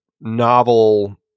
novel